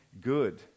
good